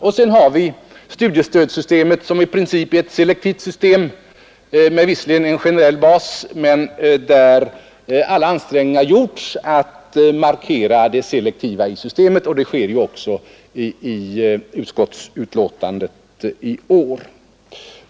Vidare har vi studiemedelssystemet som i princip är ett selektivt system med en generell bas men där alla ansträngningar gjorts att markera det selektiva i systemet; det framgår också av utskottets betänkande.